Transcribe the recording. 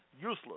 useless